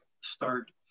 start